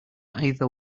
either